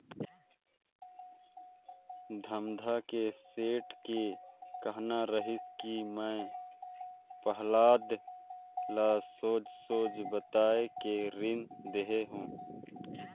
धमधा के सेठ के कहना रहिस कि मैं पहलाद ल सोएझ सोएझ बताये के रीन देहे हो